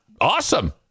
awesome